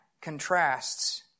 contrasts